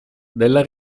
della